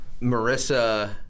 Marissa